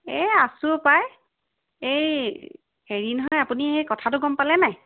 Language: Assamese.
এই আছোঁ পাই এই হেৰি নহয় আপুনি এই কথাটো গম পালে নাই